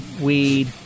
Weed